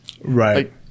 Right